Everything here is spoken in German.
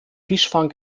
fischfang